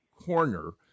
corner